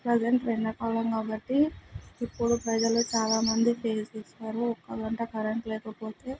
present ఎండాకాలం కాబట్టి ఇప్పుడు ప్రజలు చాలామంది ఫేజ్ చేస్తున్నారు ఒక్క గంట కరెంట్ లేకపోతే